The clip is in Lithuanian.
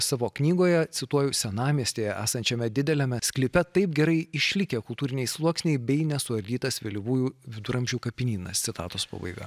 savo knygoje cituoju senamiestyje esančiame dideliame sklype taip gerai išlikę kultūriniai sluoksniai bei nesuardytas vėlyvųjų viduramžių kapinynas citatos pabaiga